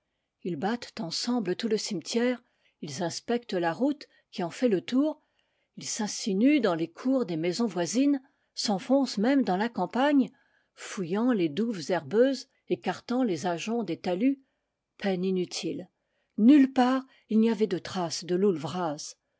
ils battent ensemble tout le cimetière ils inspectent la route qui en fait le tour ils s'insinuent dans les cours des maisons voisines s'enfoncent même dans la campagne fouil lant les douves herbeuses écartant les ajoncs des talus peine inutile nulle part il n'y avait de trace de loull vraz